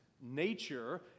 nature